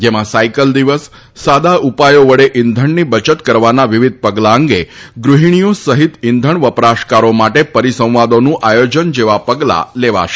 જેમાં સાયકલ દિવસ સાદા ઉપાયો વડે ઇંધણની બચત કરવાના વિવિધ પગલાં અંગે ગૃહિણીઓ સહિત ઇંઘણ વપરાશકારો માટે પરીસંવાદોનું આયોજન જેવા પગલાં લેવાશે